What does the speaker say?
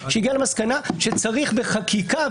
שהיא הגיעה למסקנה שצריך בחקיקה,